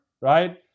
right